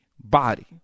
body